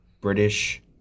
British